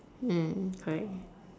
mm correct